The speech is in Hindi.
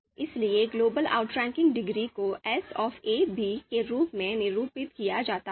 इसलिए ग्लोबल outranking डिग्री को S ab के रूप में निरूपित किया जाता है